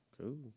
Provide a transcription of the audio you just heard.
Cool